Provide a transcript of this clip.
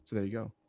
so there you go.